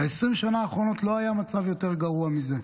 ב-20 שנה האחרונות לא היה מצב יותר גרוע מזה.